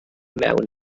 mewn